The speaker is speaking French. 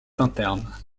internes